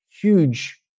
huge